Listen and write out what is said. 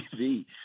TV